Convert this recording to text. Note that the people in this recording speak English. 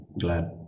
glad